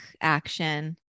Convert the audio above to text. action